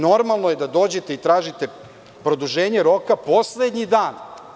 Normalno je da dođete i da tražite produženje roka poslednji dan.